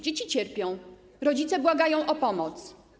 Dzieci cierpią, rodzice błagają o pomoc.